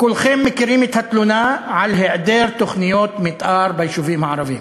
כולכם מכירים את התלונה על היעדר תוכניות מתאר ביישובים הערביים,